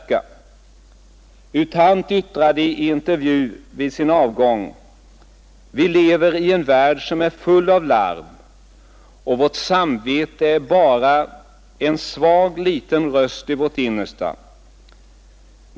U Thant yttrade i en intervju vid sin avgång: ”Vi lever i en värld som är full av larm, och vårt samvete är bara en svag liten röst i vårt innersta.